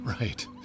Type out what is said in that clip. Right